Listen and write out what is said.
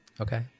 okay